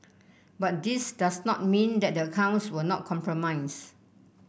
but this does not mean that the accounts were not compromised